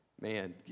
man